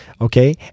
Okay